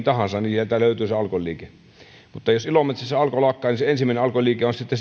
tahansa niin sieltä löytyy se alkon liike mutta jos ilomantsissa alko lakkaa niin se ensimmäinen alkon liike on sitten